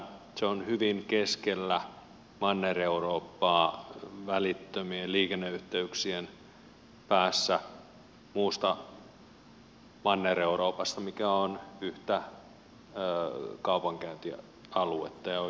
saksa on hyvin keskellä manner eurooppaa välittömien liikenneyhteyksien päässä muusta manner euroopasta mikä on yhtä kaupankäyntialuetta ja oikeastaan työssäkäyntialuettakin